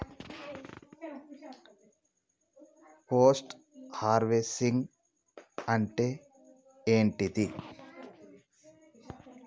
Post harvesting అంటే ఏంటిది?